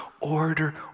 order